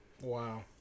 Wow